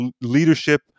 leadership